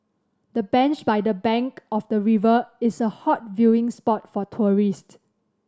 the bench by the bank of the river is a hot viewing spot for tourist